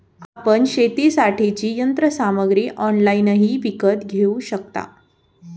आपण शेतीसाठीची यंत्रसामग्री ऑनलाइनही विकत घेऊ शकता